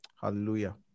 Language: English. hallelujah